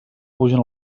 pugen